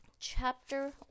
Chapter